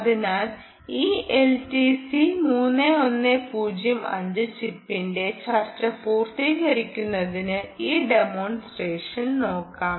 അതിനാൽ ഈ എൽടിസി 3105 ചിപ്പിന്റെ ചർച്ച പൂർത്തിയാക്കുന്നതിന് ഈ ഡെമോൺസ്ട്രേഷൻ നോക്കാം